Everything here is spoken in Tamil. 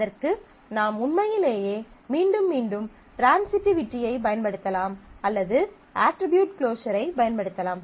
அதற்கு நாம் உண்மையிலேயே மீண்டும் மீண்டும் ட்ரான்சிட்டிவிட்டியைப் பயன்படுத்தலாம் அல்லது அட்ரிபியூட் க்ளோஸரைப் பயன்படுத்தலாம்